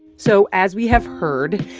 so as we have heard,